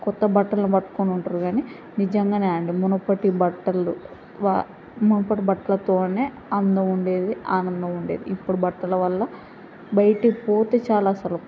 క్రొత్త బట్టలను పట్టుకోని ఉంటారు కానీ నిజంగానే అండి మునుపటి బట్టలు మునుపటి వా మునపటి బట్టలతోనే అందం ఉండేది ఆనందం ఉండేది ఇప్పుడు బట్టల వల్ల బయటకి పోతే చాలు అసలు